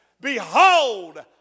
Behold